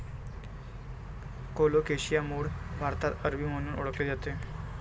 colocasia मूळ भारतात अरबी म्हणून ओळखले जाते